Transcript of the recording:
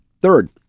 Third